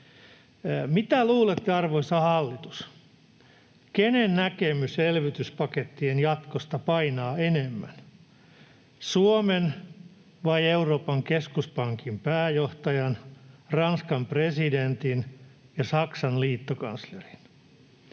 mitä luulette, arvoisa hallitus, kenen näkemys elvytyspakettien jatkosta painaa enemmän, Suomen vai Euroopan keskuspankin pääjohtajan, Ranskan presidentin ja Saksan liittokanslerin?